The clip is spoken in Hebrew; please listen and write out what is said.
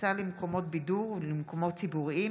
ובכניסה למקומות בידור ולמקומות ציבוריים